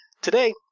Today